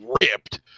ripped